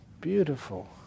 Beautiful